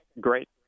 great